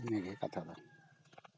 ᱤᱱᱟᱹ ᱜᱮ ᱠᱟᱛᱷᱟ ᱫᱚ